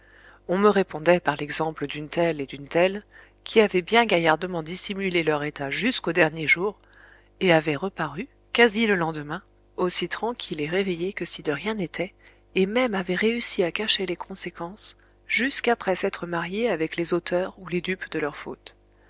on me répondait par l'exemple d'une telle et d'une telle qui avaient bien gaillardement dissimulé leur état jusqu'au dernier jour et avaient reparu quasi le lendemain aussi tranquilles et réveillées que si de rien n'était et même avaient réussi à cacher les conséquences jusque après s'être mariées avec les auteurs ou les dupes de leur faute